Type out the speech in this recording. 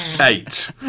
eight